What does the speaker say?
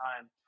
time